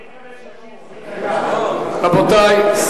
רבותי,